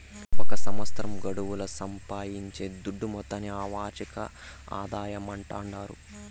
ఒక సంవత్సరం గడువుల సంపాయించే దుడ్డు మొత్తాన్ని ఆ వార్షిక ఆదాయమంటాండారు